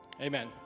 Amen